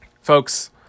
Folks